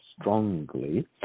strongly